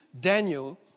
Daniel